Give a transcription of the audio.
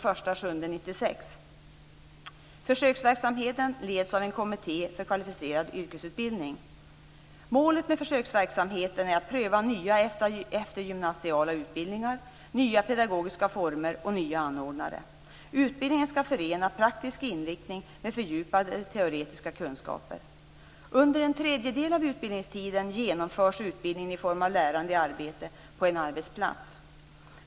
Försöksverksamheten leds av Kommittén för kvalificerad yrkesutbildning. Målet med försöksverksamheten är att pröva nya eftergymnasiala utbildningar, nya pedagogiska former och nya anordnare. Utbildningen skall förena praktisk inriktning med fördjupade teoretiska kunskaper. Under en tredjedel av utbildningstiden genomförs utbildningen i form av lärande i arbete på en arbetsplats.